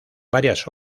varias